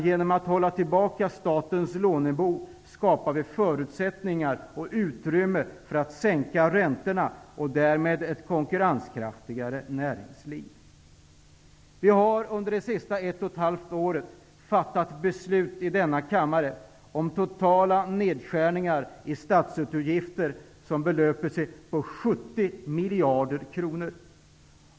Genom att hålla tillbaka statens lånebehov skapar vi förutsättningar och utrymme för att sänka räntorna och därmed för ett konkurrenskraftigare näringsliv. Vi har nu under ett och ett halvt år fattat beslut i denna kammare om totala nedskärningar i statsutgifter som belöper sig till 70 miljarder.